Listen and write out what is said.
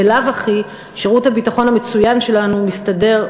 בלאו הכי שירות הביטחון המצוין שלנו מסתדר,